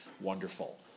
wonderful